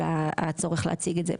של הצורך להציג את זה.